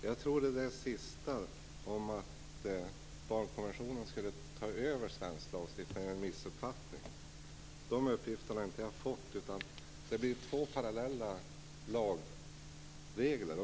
Herr talman! Jag tror det där sista om att barnkonventionen skulle ta över svensk lagstiftning är en missuppfattning. De uppgifterna har inte jag fått. Det blir två parallella lagregler.